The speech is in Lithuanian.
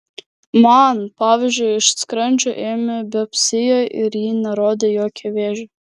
man pavyzdžiui iš skrandžio ėmė biopsiją ir ji nerodė jokio vėžio